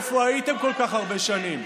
יוליה, איפה הייתם כל כך הרבה שנים?